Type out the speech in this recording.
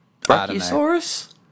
Brachiosaurus